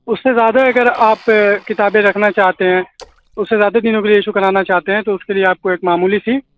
اس سے زیادہ اگر آپ کتابیں رکھنا چاہتے ہیں اس سے زیادہ دنوں کے لی ایشو کرانا چاہتے ہیں تو اس کے لیے آپ کو ایک معمولی سی